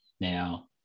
Now